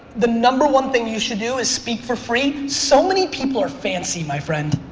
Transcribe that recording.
the number one thing you should do is speak for free. so many people are fancy, my friend,